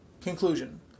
Conclusion